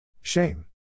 Shame